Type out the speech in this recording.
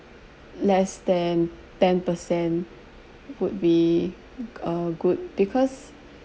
less than ten percent would be uh good because